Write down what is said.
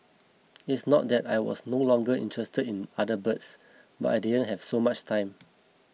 it's not that I was no longer interested in other birds but I didn't have so much time